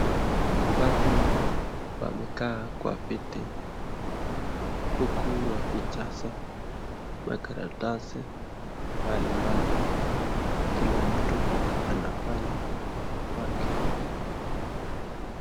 Watu wamekaa kwa viti huku wakijaza makaratasi mbalimbali Kila mtu anafanya yake.